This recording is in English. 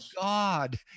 God